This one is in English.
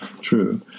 true